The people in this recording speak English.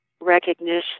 recognition